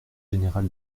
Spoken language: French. général